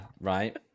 right